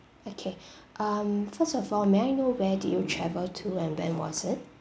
okay um first of all may I know where did you travel to and when was it